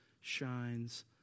shines